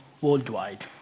worldwide